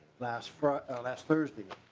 last for a last thursday.